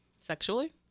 sexually